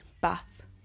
Bath